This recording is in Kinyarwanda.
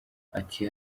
ati